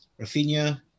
Rafinha